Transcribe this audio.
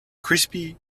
crispy